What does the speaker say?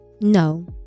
No